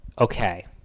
okay